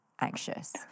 anxious